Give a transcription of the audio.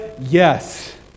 yes